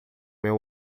meu